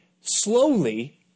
slowly